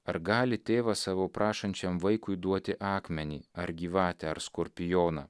ar gali tėvas savo prašančiam vaikui duoti akmenį ar gyvatę ar skorpioną